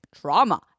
trauma